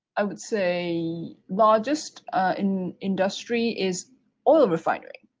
i would say, largest in industry is oil refinery.